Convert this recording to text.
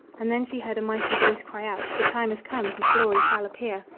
and then she heard a mighty voice cry out the time has come his glory shall appear!